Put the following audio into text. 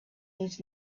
needs